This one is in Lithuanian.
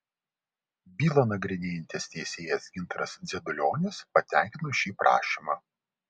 bylą nagrinėjantis teisėjas gintaras dzedulionis patenkino šį prašymą